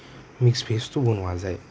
mix ভেজটো বনোৱা যায়